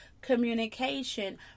communication